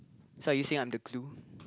so are you saying I'm the glue